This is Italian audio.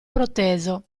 proteso